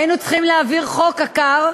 היינו צריכים להעביר חוק עקר,